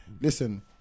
listen